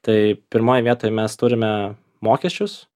tai pirmoj vietoj mes turime mokesčius